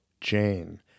Jane